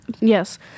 Yes